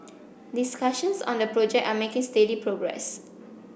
discussions on the project are making steady progress